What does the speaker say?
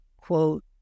quote